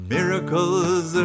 Miracles